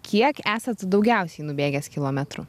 kiek esat daugiausiai nubėgęs kilometrų